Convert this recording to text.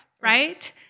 right